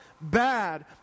bad